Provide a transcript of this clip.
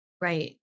Right